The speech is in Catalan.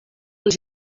uns